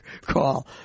call